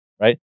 right